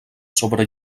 sobre